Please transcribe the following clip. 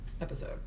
episode